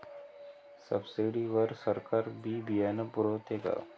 Subsidy वर सरकार बी बियानं पुरवते का?